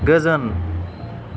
गोजोन